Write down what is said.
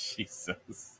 Jesus